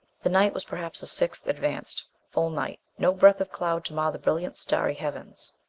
the night was perhaps a sixth advanced. full night. no breath of cloud to mar the brilliant starry heavens.